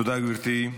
תודה, גברתי.